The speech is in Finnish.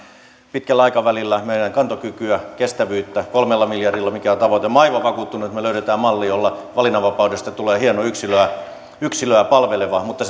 pitkällä aikavälillä meidän kantokykyä kestävyyttä kolmella miljardilla mikä on tavoite olen aivan vakuuttunut että me löydämme mallin jolla valinnanvapaudesta tulee hieno yksilöä yksilöä palveleva malli mutta